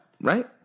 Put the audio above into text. Right